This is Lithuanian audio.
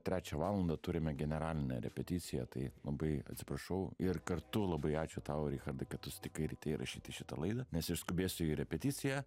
trečią valandą turime generalinę repeticiją tai labai atsiprašau ir kartu labai ačiū tau richardai kad tu sutikai ryte įrašyti šitą laidą nes aš skubėsiu į repeticiją